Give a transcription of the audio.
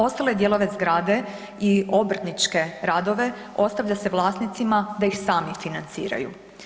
Ostale dijelove zgrade i obrtničke radove ostavlja se vlasnicima da ih sami financiraju.